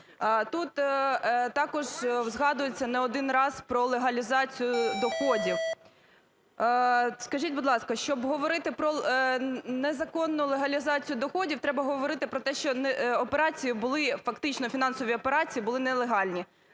Тут також згадується не один раз про легалізацію доходів. Скажіть, будь ласка, щоб говорити про незаконну легалізацію доходів, треба говорити про те, що операції були… фактично фінансові операції були нелегальні,